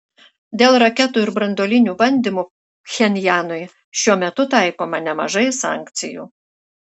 dėl raketų ir branduolinių bandymų pchenjanui šiuo metu taikoma nemažai sankcijų